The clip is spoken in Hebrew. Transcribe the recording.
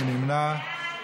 מי נמנע?